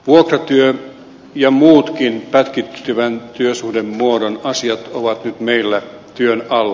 vuokratyö ja muutkin pätkittyvän työsuhdemuodon asiat ovat nyt meillä työn alla